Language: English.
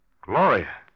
Gloria